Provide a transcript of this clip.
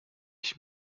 ich